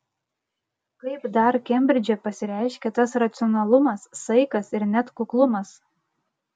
kaip dar kembridže pasireiškia tas racionalumas saikas ir net kuklumas